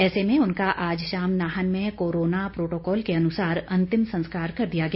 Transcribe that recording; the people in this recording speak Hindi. ऐसे में उनका आज शाम नाहन में कोरोना प्रोटोकॉल के अनुसार अंतिम संस्कार कर दिया गया